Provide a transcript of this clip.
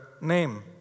name